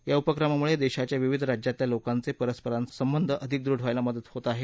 या उपक्रमामुळे देशाच्या विविध राज्यातल्या लोकांचे परस्परांसोबत बंध अधिक दृढ व्हायला मदत होत आहे